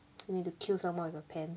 you need to kill someone with a pen